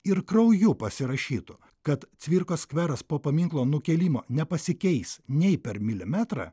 ir krauju pasirašytų kad cvirkos skveras po paminklo nukėlimo nepasikeis nei per milimetrą